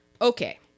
Okay